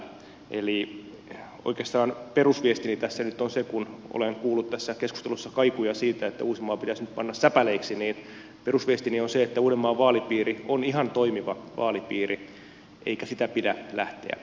eli oikeastaan perusviestini tässä nyt on se kun olen kuullut tässä keskustelussa kaikuja siitä että uusimaa pitäisi nyt panna säpäleiksi niin perusviestini on se että uudenmaan vaalipiiri on ihan toimiva vaalipiiri eikä sitä pidä lähteä rikkomaan